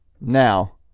now